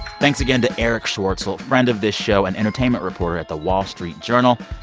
thanks again to erich schwartzel, friend of this show and entertainment reporter at the wall street journal.